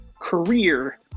career